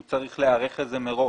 הוא צריך להיערך לזה מראש.